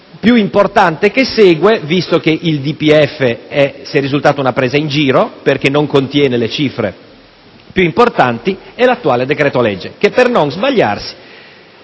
più importante che segue (visto che il DPEF è risultato essere una presa in giro, perché non contiene le cifre più importanti), l'attuale decreto-legge. Per non sbagliarsi,